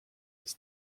his